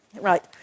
Right